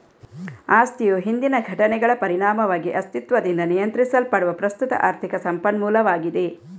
ಆಸ್ತಿಯು ಹಿಂದಿನ ಘಟನೆಗಳ ಪರಿಣಾಮವಾಗಿ ಅಸ್ತಿತ್ವದಿಂದ ನಿಯಂತ್ರಿಸಲ್ಪಡುವ ಪ್ರಸ್ತುತ ಆರ್ಥಿಕ ಸಂಪನ್ಮೂಲವಾಗಿದೆ